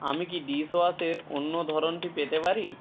আমি কি ডিশওয়াশের অন্য ধরনটি পেতে পারি